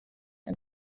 and